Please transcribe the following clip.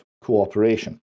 cooperation